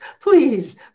please